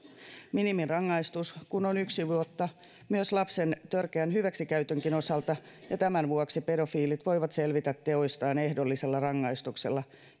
minimirangaistus kun on yksi vuotta myös lapsen törkeän hyväksikäytönkin osalta ja tämän vuoksi pedofiilit voivat selvitä teoistaan ehdollisella rangaistuksella